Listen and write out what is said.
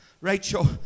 Rachel